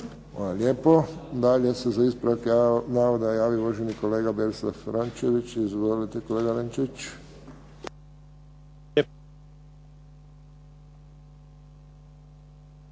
lijepa. Dalje se za ispravak navoda javio uvaženi kolega Berislav Rončević. Izvolite kolega Rončević.